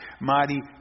mighty